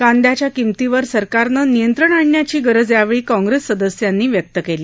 कांद्याच्या किमतीवर सरकारनं नियंत्रण आणण्याची मागणी यावेळी काँग्रेस सदस्यांनी केली